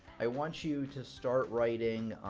i want you to start writing.